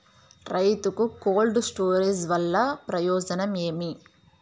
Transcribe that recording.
రైతుకు cold storage వల్ల ప్రయోజనం ఏమి?